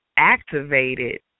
Activated